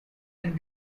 and